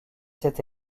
cette